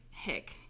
hick